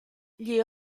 gli